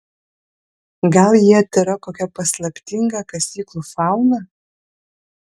gal jie tėra kokia paslaptinga kasyklų fauna